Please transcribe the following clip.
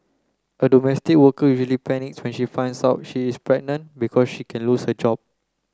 a domestic worker usually panics when she finds out she is pregnant because she can lose her job